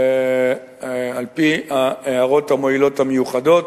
על-פי ההערות המועילות, המיוחדות,